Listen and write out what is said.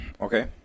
Okay